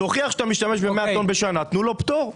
תוכיח שאתה משתמש ב-100 טון בשנה תנו לו פטור.